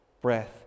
breath